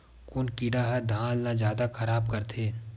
कोन कीड़ा ह धान ल जादा खराब करथे?